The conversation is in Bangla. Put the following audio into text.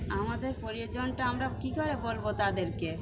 আমাদের প্রয়োজনটা আমরা কী করে বলব তাদেরকে